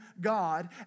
God